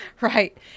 Right